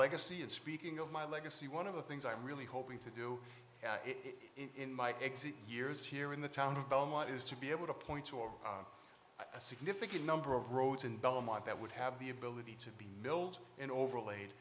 legacy and speaking of my legacy one of the things i'm really hoping to do it in my exit years here in the town of belmont is to be able to point to a significant number of roads in belmont that would have the ability to be milled and overlaid